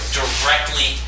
directly